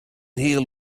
heal